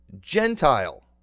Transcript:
Gentile